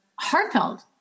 heartfelt